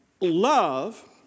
Love